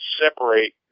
separate